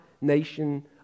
nation